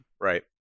right